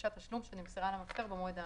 כדרישת תשלום שנמסרה למפר במועד האמור.